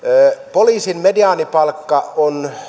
poliisin mediaanipalkka on